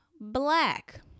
black